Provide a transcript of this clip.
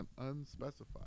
unspecified